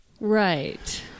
Right